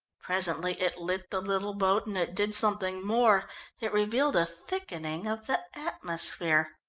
presently it lit the little boat, and it did something more it revealed a thickening of the atmosphere.